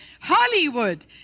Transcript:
Hollywood